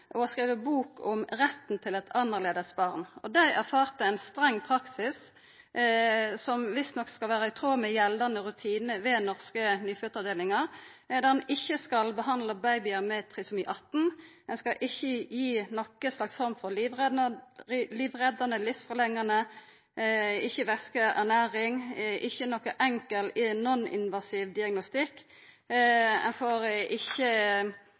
bok om retten til eit annleis barn. Dei erfarte ein streng praksis, som visstnok skal vera i tråd med gjeldande rutinar ved norske nyfødtavdelingar, der ein ikkje skal behandla babyar med trisomi 18, ein skal ikkje gje noka form for livreddande eller livsforlengjande behandling, ikkje væske og ernæring, ikkje nokon enkel, non-invasiv diagnostikk. Ein får ikkje